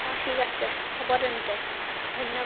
অঁ ঠিক আছে হ'ব তেন্তে ধন্যবাদ